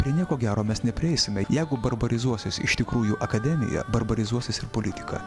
prie nieko gero mes neprieisime jeigu barbarizuosis iš tikrųjų akademija barbarizuosis ir politika